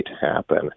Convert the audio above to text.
happen